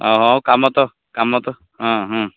ଓଃ କାମ ତ କାମ ତ ହୁଁ ହୁଁ